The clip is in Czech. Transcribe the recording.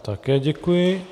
Také děkuji.